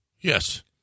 Yes